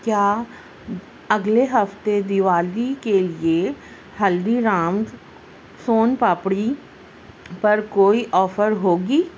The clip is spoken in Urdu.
کیا اگلے ہفتے دیوالی کے لیے ہلدی رامز سون پاپڑی پر کوئی آفر ہوگی